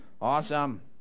Awesome